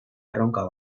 erronka